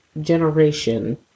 generation